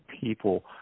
people